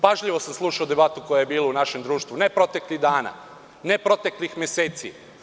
Pažljivo sam slušao debatu koja je bila u našem društvu, ne proteklih dana, ne proteklih meseci.